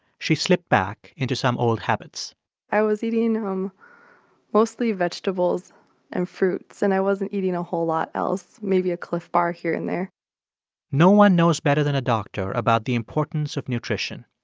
she slipped back into some old habits i was eating um mostly mostly vegetables and fruits. and i wasn't eating a whole lot else, maybe a cliff bar here and there no one knows better than a doctor about the importance of nutrition.